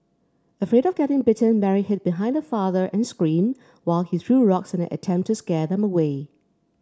afraid of getting bitten Mary hid behind her father and screamed while he threw rocks in an attempt to scare them away